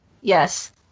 Yes